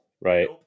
right